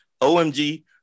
OMG